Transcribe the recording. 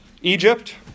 Egypt